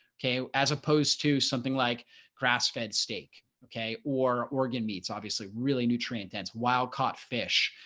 okay, as opposed to something like grass fed steak, okay, or organ meats, obviously really nutrient dense wild caught fish,